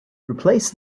replace